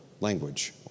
language